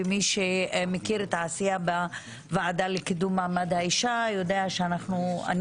ומי שמכיר את העשייה בוועדה לקידום מעמד האישה יודע שאני